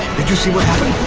did you see what happened?